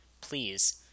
please